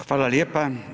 Hvala lijepa.